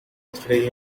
yesterday